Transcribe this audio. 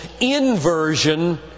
inversion